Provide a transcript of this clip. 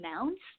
amounts